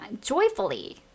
joyfully